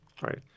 right